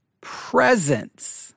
presence